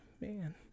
man